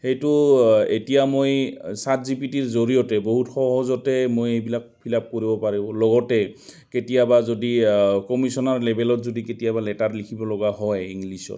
সেইটো এতিয়া মই ছাট জি পি টিৰ জৰিয়তে বহুত সহজতে মই এইবিলাক ফিল আপ কৰিব পাৰোঁ লগতে কেতিয়াবা যদি কমিচনাৰ লেভেলত যদি কেতিয়াবা লেটাৰ লিখিব লগা হয় ইংলিছত